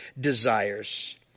desires